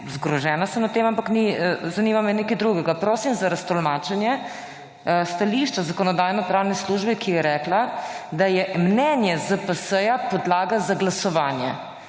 zgrožena sem nad tem, ampak zanima me nekaj drugega. Prosim za raztolmačenje stališča Zakonodajno-pravne službe, ki je rekla, da je mnenje ZPS podlaga za glasovanje.